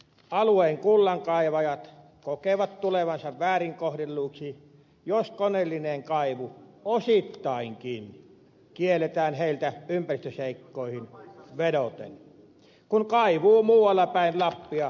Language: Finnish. alueen kullankaivajat kokevat tulevansa väärin kohdelluiksi jos koneellinen kaivu osittainkin kielletään heiltä ympäristöseikkoihin vedoten kun kaivu muualla päin lappia kuitenkin sallitaan